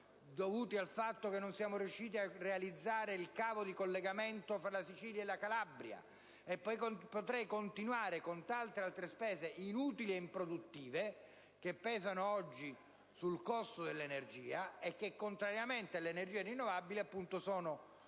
per il fatto che non siamo riusciti a realizzare il cavo di collegamento fra la Sicilia e la Calabria. Potrei continuare con tante altre spese inutili e improduttive che pesano oggi sul costo dell'energia e che, contrariamente alle energie rinnovabili, sono